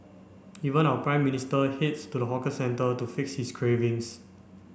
even our Prime Minister heads to the hawker centre to fix his cravings